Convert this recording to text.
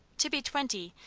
to be twenty,